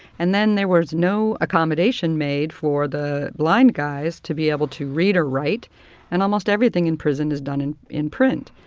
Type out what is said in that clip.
and then there was no accommodation made for the blind guys to be able to read or write and almost everything in prison is done in in print.